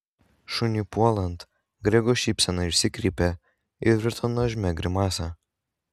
šuniui puolant grego šypsena išsikreipė ir virto nuožmia grimasa